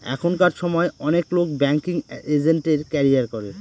এখনকার সময় অনেক লোক ব্যাঙ্কিং এজেন্টের ক্যারিয়ার করে